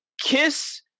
Kiss